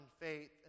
faith